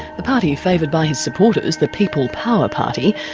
the party favoured by his supporters, the people power party,